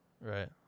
right